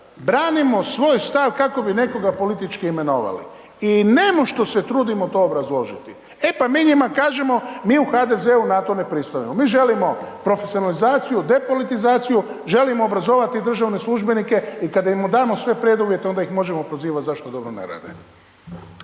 Branimo svoj stav kakao bi nekoga politički imenovali i .../Govornik se ne razumije./... to obrazložiti. E pa mi njima kažemo, mi u HDZ-u na to ne pristajemo, mi želimo profesionalizaciju, depolitizaciju, želimo obrazovati državne službenike i kad im damo sve preduvjete, onda ih možemo prozivat zašto dobro ne rade.